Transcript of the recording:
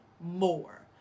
more